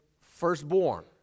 firstborn